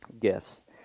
gifts